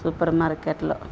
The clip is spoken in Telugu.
సూపర్ మార్కెట్లో